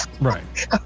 Right